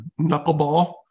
knuckleball